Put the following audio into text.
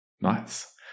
Nice